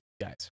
guys